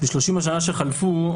בשלושים השנים שחלפו,